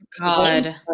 God